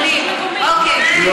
פנים, מה זה קשור?